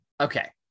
Okay